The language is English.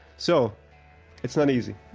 so it's not easy